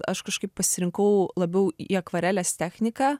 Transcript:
aš kažkaip pasirinkau labiau į akvarelės techniką